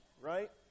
right